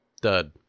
dud